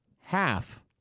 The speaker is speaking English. half